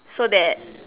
so that